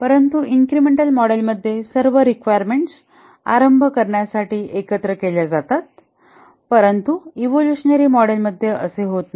परंतु इन्क्रिमेंटल मॉडेलमध्ये सर्व रिक्वायरमेंट्स आरंभ करण्यासाठी एकत्र केल्या जातात परंतु इवोल्युशनरी मॉडेलमध्ये असे होत नाही